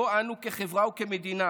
ובו אנו כחברה וכמדינה